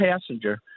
passenger